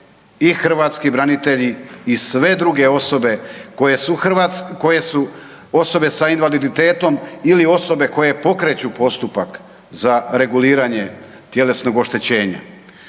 hrvatski branitelji i sve druge osobe koje su osobe sa invaliditetom ili osobe koje pokreću postupak za reguliranje tjelesnog oštećenja.